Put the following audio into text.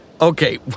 Okay